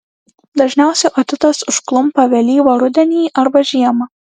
dažniausiai otitas užklumpa vėlyvą rudenį arba žiemą